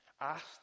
ask